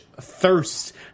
thirst